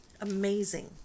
Amazing